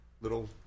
little